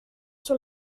sur